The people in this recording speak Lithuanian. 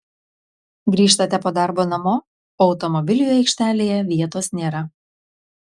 grįžtate po darbo namo o automobiliui aikštelėje vietos nėra